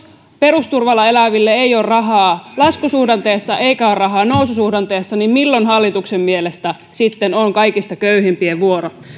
perusturvalla eläville ei ole rahaa laskusuhdanteessa eikä ole rahaa noususuhdanteessa niin milloin sitten hallituksen mielestä on kaikista köyhimpien vuoro